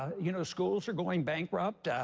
you know, schools are going bankrupt.